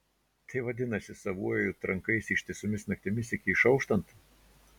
tai vadinasi savuoju trankaisi ištisomis naktimis iki išauštant